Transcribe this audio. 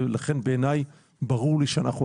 לכן בעיניי ברור לי שאנחנו,